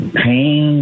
pain